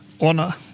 honor